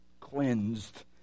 cleansed